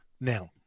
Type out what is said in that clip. now